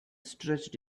stretched